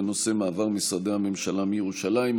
בנושא: מעבר משרדי הממשלה מירושלים.